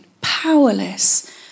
Powerless